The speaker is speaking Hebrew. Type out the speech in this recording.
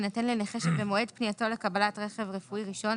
יינתן לנכה שבמועד פנייתו לקבלת רכב רפואי ראשון